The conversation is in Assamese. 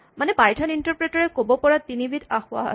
মানে পাইথন ইন্টাৰপ্ৰেটৰ এ ক'ব পৰা তিনিবিধ আসোঁৱাহ আছে